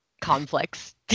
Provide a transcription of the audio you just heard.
conflicts